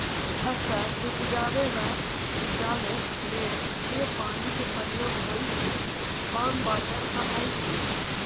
फसल उपजेबाक लेल जे पानिक प्रयोग होइ छै फार्म वाटर कहाइ छै